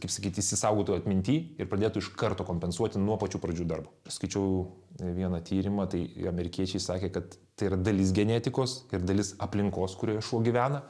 kaip sakyt išsisaugotų atminty ir pradėtų iš karto kompensuoti nuo pačių pradžių darbo skaičiau vieną tyrimą tai amerikiečiai sakė kad tai yra dalis genetikos ir dalis aplinkos kurioje šuo gyvena